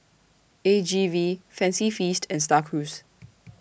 A G V Fancy Feast and STAR Cruise